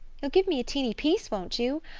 you'll give me a teeny piece, won't you?